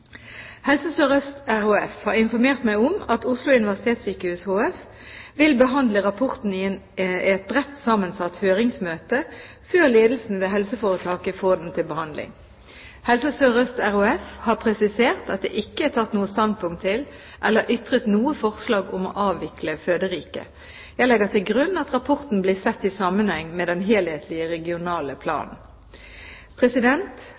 Helse Sør-Øst RHF har informert meg om at Oslo universitetssykehus HF vil behandle rapporten i et bredt sammensatt høringsmøte før ledelsen ved helseforetaket får den til behandling. Helse Sør-Øst RHF har presisert at det ikke er tatt standpunkt til eller ytret noe forslag om å avvikle Føderiket. Jeg legger til grunn at rapporten blir sett i sammenheng med den helhetlige regionale